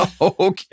Okay